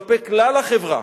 כלפי כלל החברה.